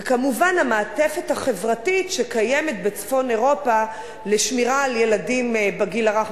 וכמובן המעטפת החברתית שקיימת בצפון-אירופה לשמירה על ילדים בגיל הרך,